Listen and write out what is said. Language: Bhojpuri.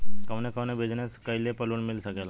कवने कवने बिजनेस कइले पर लोन मिल सकेला?